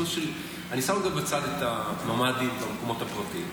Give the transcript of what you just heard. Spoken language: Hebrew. אני שם רגע בצד את הממ"דים במקומות הפרטיים,